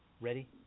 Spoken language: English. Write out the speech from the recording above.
Ready